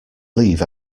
leave